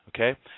Okay